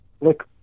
look